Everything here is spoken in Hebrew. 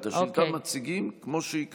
את השאילתה מציגים כמו שהיא כתובה.